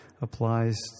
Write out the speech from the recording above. applies